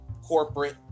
corporate